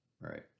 Right